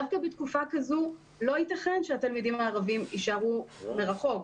דווקא בתקופה כזאת לא ייתכן שהתלמידים הערבים יישארו מרחוק,